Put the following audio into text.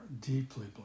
deeply